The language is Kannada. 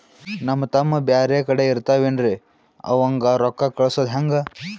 ನಮ್ ತಮ್ಮ ಬ್ಯಾರೆ ಕಡೆ ಇರತಾವೇನ್ರಿ ಅವಂಗ ರೋಕ್ಕ ಕಳಸದ ಹೆಂಗ?